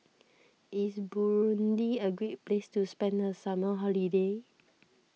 is Burundi a great place to spend the summer holiday